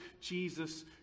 Jesus